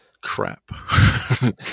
crap